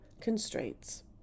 constraints